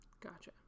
Gotcha